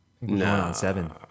No